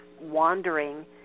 wandering